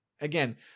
again